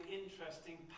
interesting